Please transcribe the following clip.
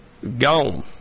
Gone